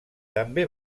també